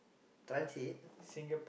transit